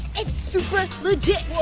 it's super legit.